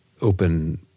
open